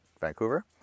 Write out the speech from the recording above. Vancouver